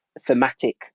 thematic